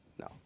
No